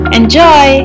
Enjoy